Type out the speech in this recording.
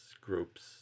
groups